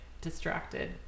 distracted